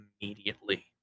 immediately